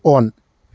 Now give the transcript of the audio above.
on